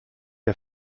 der